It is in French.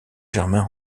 germain